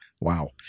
Wow